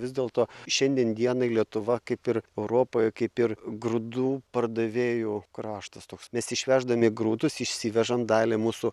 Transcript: vis dėlto šiandien dienai lietuva kaip ir europoje kaip ir grūdų pardavėjų kraštas toks nes išveždami grūdus išsivežam dalį mūsų